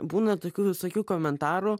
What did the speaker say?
būna tokių visokių komentarų